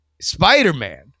Spider-Man